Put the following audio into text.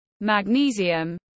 magnesium